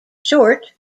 short